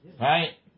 Right